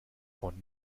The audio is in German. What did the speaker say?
von